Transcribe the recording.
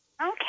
Okay